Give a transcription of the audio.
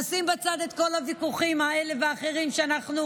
נשים בצד את כל הוויכוחים האלה והאחרים שאנחנו